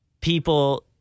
people